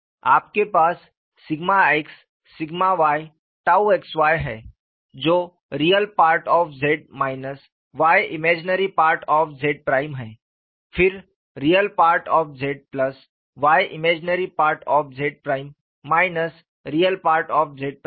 आपके पास sigma x sigma y tau xy है जो real part of Z minus y imaginary part of Z prime है फिर real part of Z plus y imaginary part of Z prime minus real part of Z prime है